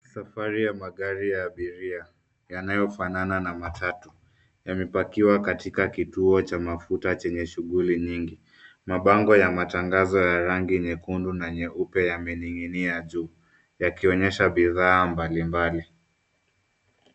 Safari ya magari ya abiria yanayofanana na matatu yamepakiwa katika kituo cha mafuta chenye shughuli nyingi. Mabango ya matangazo ya rangi nyekundu na nyeupe yamening'inia tu yakionyesha bidhaa mbalimbali.